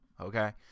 okay